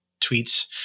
tweets